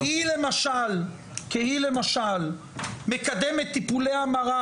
כי היא למשל מקדמת טיפולי המרה,